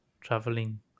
traveling